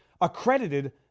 accredited